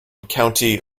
county